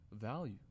value